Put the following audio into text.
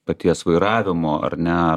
paties vairavimo ar ne